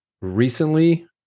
recently